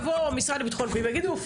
יבוא המשרד לביטחון הפנים ויגידו שאין יותר